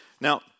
Now